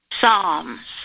Psalms